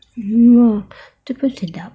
oh tu pun sedap